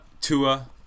Tua